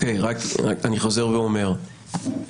אני חוזר ואומר,